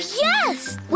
yes